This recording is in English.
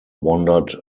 wandered